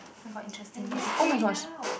oh my god interesting lesson oh my gosh